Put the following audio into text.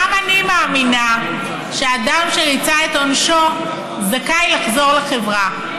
גם אני מאמינה שאדם שריצה את עונשו זכאי לחזור לחברה,